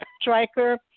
striker